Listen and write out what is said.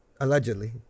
allegedly